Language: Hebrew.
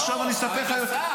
עכשיו אני אספר לך --- לא, אתה שר.